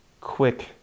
quick